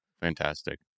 Fantastic